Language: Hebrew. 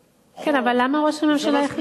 כן, אבל למה ראש הממשלה החליט?